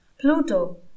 pluto